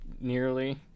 nearly